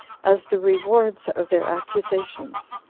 as the rewards of their accusations,